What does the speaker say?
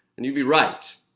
and you'd be right.